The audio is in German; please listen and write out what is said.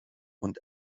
und